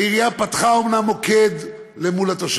העירייה פתחה אומנם מוקד לתושבים,